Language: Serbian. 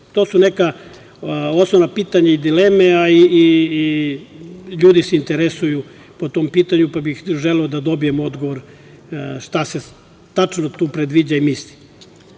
To su neka osnovna pitanja i dileme, a i ljudi se interesuju po tom pitanju, pa bih želeo da dobijem odgovor šta se tačno tu predviđa i misli. Pošto